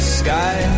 sky